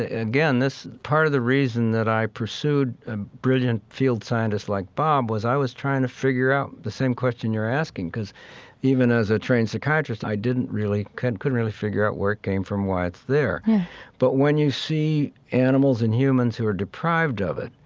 again, this, part of the reason that i pursued a brilliant field scientist like bob was i was trying to figure out the same question you're asking. because even as a trained psychiatrist, i didn't really, i couldn't really figure out where it came from, why it's there yeah but when you see animals and humans who are deprived of it,